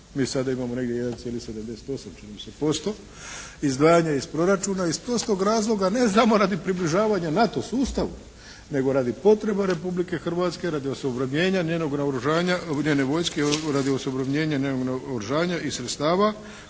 Mi sada imamo negdje 1,78 … /Govornik se ne razumije.» posto izdvajanja iz proračuna. Iz prostog razloga ne samo radi približavanja NATO sustavu nego radi potreba Republike Hrvatske, radi osuvremenjenja njenog naoružanja, njene vojske radi osuvremenjenja njenog naoružanja i sredstava